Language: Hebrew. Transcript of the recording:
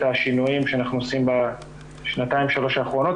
השינויים שאנחנו עושים בשנתיים-שלוש האחרונות,